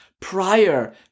prior